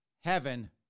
heaven